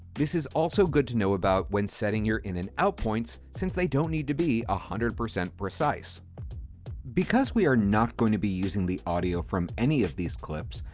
this is also good to know about when setting your in and out points since they don't need to be one ah hundred percent precise because we are not going to be using the audio from any of these clips,